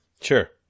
Sure